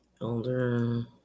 Elder